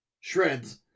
Shreds